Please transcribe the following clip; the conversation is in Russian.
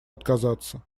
отказаться